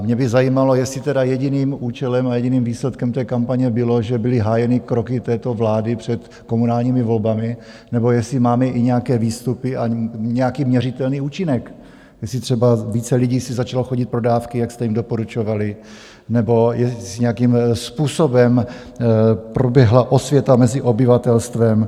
Mě by zajímalo, jestli tedy jediným účelem a jediným výsledkem té kampaně bylo, že byly hájeny kroky této vlády před komunálními volbami, nebo jestli máme i nějaké výstupy a nějaký měřitelný účinek jestli si třeba více lidí začalo chodit pro dávky, jak jste jim doporučovali, nebo jakým způsobem proběhla osvěta mezi obyvatelstvem.